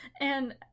And-